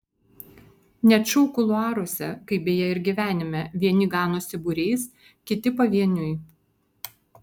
net šou kuluaruose kaip beje ir gyvenime vieni ganosi būriais kiti pavieniui